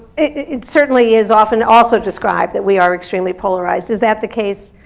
it certainly is often also described that we are extremely polarized. is that the case?